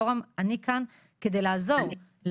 יהורם, אני כאן כדי לעזור לכם ולכולם.